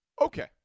Okay